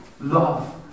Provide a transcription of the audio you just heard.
Love